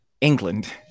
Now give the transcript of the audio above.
England